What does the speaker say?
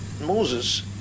Moses